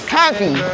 happy